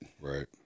Right